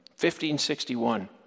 1561